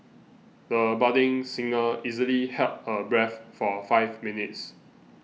the budding singer easily held her breath for five minutes